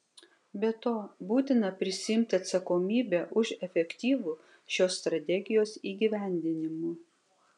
be to būtina prisiimti atsakomybę už efektyvų šios strategijos įgyvendinimą